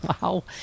Wow